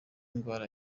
indwara